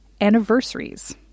anniversaries